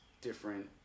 different